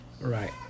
right